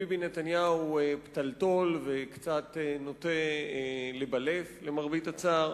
ביבי נתניהו פתלתול וקצת נוטה לבלף, למרבה הצער.